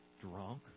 drunk